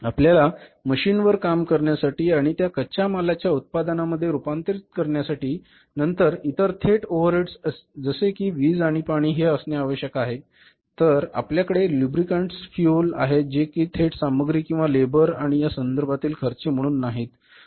आपल्याला मशीनवर काम करण्यासाठी आणि त्या कच्च्या मालास उत्पादनामध्ये रुपांतरित करण्यासाठी आणि नंतर इतर थेट ओव्हरहेड्स जसे की वीज आणि पाणी हे हि असणे आवश्यक आहे तर आपल्या कडे लुब्रिकेंट्स फ्युएल आहेत जे कि थेट सामग्री किंवा लेबर आणि या संदर्भातील खर्चे म्हणून नाहीत